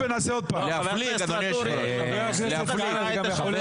שר הפנים יתחיל